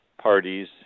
parties